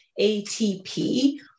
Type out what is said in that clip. ATP